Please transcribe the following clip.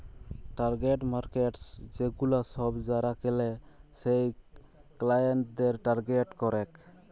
target markets সেগুলা সব যারা কেলে সেই ক্লায়েন্টদের টার্গেট করেক